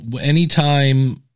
Anytime